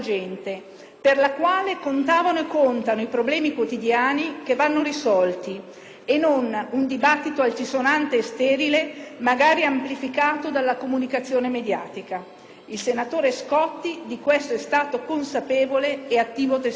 per la quale contavano e contano i problemi quotidiani da risolvere e non un dibattito altisonante e sterile, magari amplificato dalla comunicazione mediatica. Il senatore Scotti di questo è stato consapevole e attivo testimone.